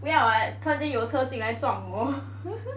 不要 [what] 突然间有车进来撞我